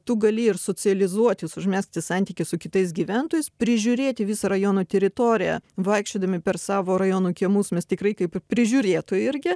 tu gali ir socializuotis užmegzti santykį su kitais gyventojais prižiūrėti visą rajono teritoriją vaikščiodami per savo rajonų kiemus mes tikrai kaip ir prižiūrėtojai irgi